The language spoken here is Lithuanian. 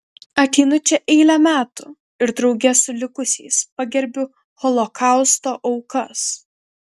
ateinu čia eilę metų ir drauge su likusiais pagerbiu holokausto aukas